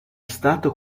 stato